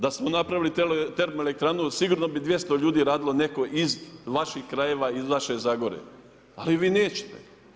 Da smo napravili termoelektranu sigurno bi 200 ljudi radilo neko iz vaših krajeva, iz vaše Zagore, ali vi nećete.